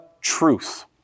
truth